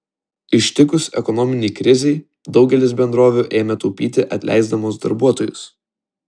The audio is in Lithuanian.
ištikus ekonominei krizei daugelis bendrovių ėmė taupyti atleisdamos darbuotojus